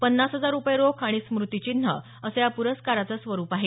पन्नास हजार रूपये रोख आणि स्मृतीचिन्ह असं या पुरस्काराचं स्वरूप आहे